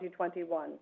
2021